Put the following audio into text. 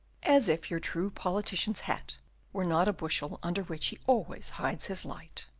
as if your true politician's hat were not a bushel under which he always hides his light!